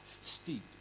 steeped